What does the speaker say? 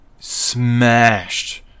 smashed